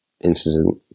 incident